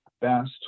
best